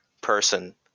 person